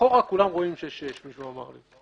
אחורה כולם רואים שש שש, בדיעבד.